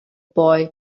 boy